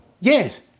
Yes